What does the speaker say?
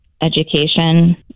education